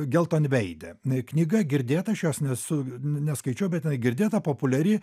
geltonveidė knyga girdėta aš jos nesu neskaičiau bet jinai girdėta populiari